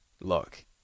look